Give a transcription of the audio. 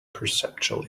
perceptual